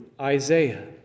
Isaiah